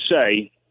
say